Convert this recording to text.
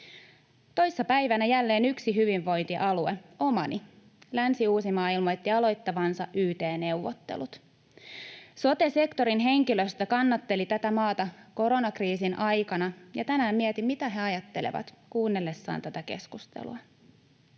Toissa päivänä jälleen yksi hyvinvointialue, omani, Länsi-Uusimaa, ilmoitti aloittavansa yt-neuvottelut. Sote-sektorin henkilöstö kannatteli tätä maata koronakriisin aikana, ja tänään mietin, mitä he ajattelevat kuunnellessaan tätä keskustelua.